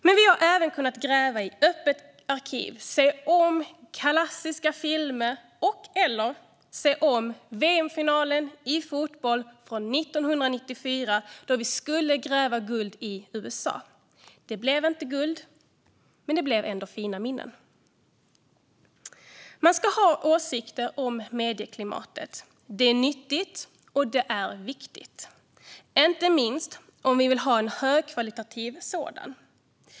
Men vi har även kunnat gräva i Öppet arkiv och se om klassiska filmer och/eller VM-finalen i fotboll från 1994, då vi skulle gräva guld i USA. Det blev inte guld, men det blev ändå fina minnen. Man ska ha åsikter om medieklimatet. Det är både nyttigt och viktigt, inte minst om vi vill ha ett högkvalitativt sådant.